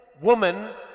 woman